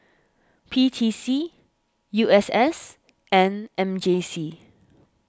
P T C U S S and M J C